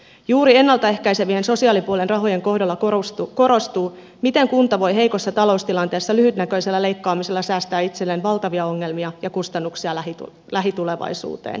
juuri sosiaalipuolen ennalta ehkäisevien rahojen kohdalla korostuu miten kunta voi heikossa taloustilanteessa lyhytnäköisellä leikkaamisella säästää itselleen valtavia ongelmia ja kustannuksia lähitulevaisuuteen